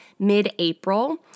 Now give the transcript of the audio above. mid-April